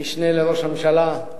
המשנה לראש הממשלה,